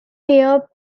near